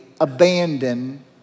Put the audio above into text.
abandon